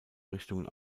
richtungen